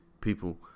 people